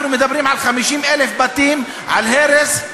אנחנו מדברים על 50,000 בתים, על הרס.